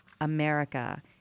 America